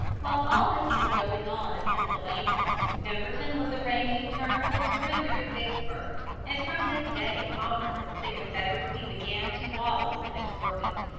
while all this was going on in pennsylvania, pemberton was arranging terms of surrender at vicksburg, and from this date onward the confederacy began to wobble in its orbit,